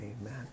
Amen